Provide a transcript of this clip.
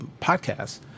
podcasts